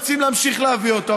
רוצים להמשיך להביא אותו,